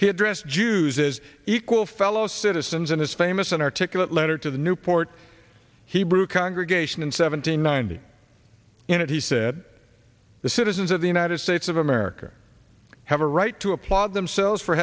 addressed jews as equal fellow citizens in his famous and articulate letter to the newport hebrew congregation in seventeen ninety in it he said the citizens of the united states of america have a right to applaud themselves for